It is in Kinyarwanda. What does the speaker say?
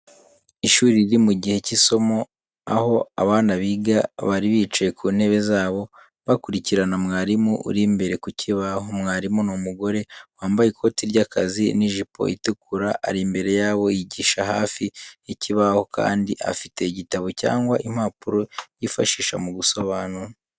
Ishuri riri mu gihe cy’isomo, aho abana biga bari bicaye ku ntebe zabo, bakurikirana mwarimu uri imbere ku kibaho. Mwarimu ni umugore, wambaye ikote ry'akazi n'ijipo itukura. Ari imbere y’abo yigisha hafi y’ikibaho kandi afite igitabo cyangwa impapuro yifashisha mu gusobanura.